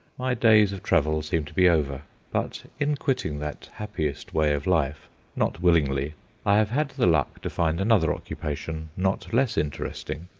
my days of travel seem to be over but in quitting that happiest way of life not willingly i have had the luck to find another occupation not less interesting,